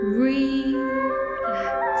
relax